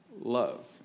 Love